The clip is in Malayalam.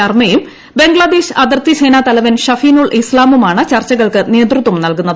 ശർമ്മയും ബംഗ്ലാദേശ് അതിർത്തി സേനാതലവൻ ഷഫീനുൾ ഇസ്ലാമുമാണ് ചർച്ചകൾക്ക് നേതൃത്വം നലകുന്നത്